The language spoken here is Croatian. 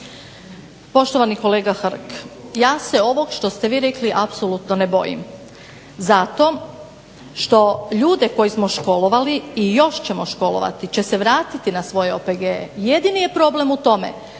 Poštovani kolega Hrg, ja se ovog što ste vi rekli apsolutno ne bojim zato što ljude koje smo školovati i još ćemo školovati, će se vratiti na svoje OPG-e jedini je problem u tome